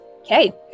Okay